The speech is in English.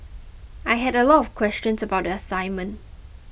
I had a lot of questions about the assignment